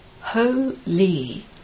Holy